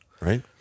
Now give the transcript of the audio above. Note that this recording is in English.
Right